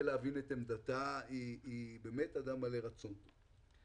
להבין את עמדתה והיא באמת אדם מלא רצון טוב.